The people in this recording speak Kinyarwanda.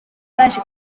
baje